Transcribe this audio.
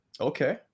Okay